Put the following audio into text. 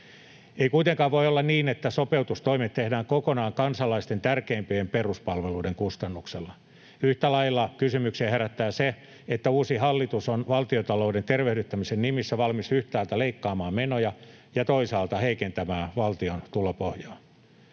Ei kuitenkaan voi olla niin, että sopeutustoimet tehdään kokonaan kansalaisten tärkeimpien peruspalveluiden kustannuksella. Yhtä lailla kysymyksiä herättää se, että uusi hallitus on valtiontalouden tervehdyttämisen nimissä valmis yhtäältä leikkaamaan menoja ja toisaalta heikentämään valtion tulopohjaa.